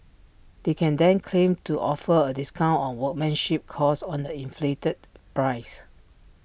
they can then claim to offer A discount on workmanship cost on the inflated price